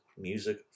Music